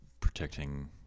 protecting